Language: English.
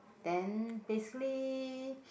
then basically